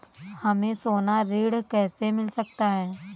हमें सोना ऋण कैसे मिल सकता है?